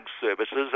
services